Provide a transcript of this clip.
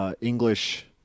English